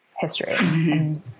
history